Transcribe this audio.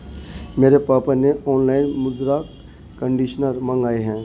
मेरे पापा ने ऑनलाइन मृदा कंडीशनर मंगाए हैं